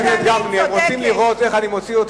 אני לא אצטרך להוציא אותו.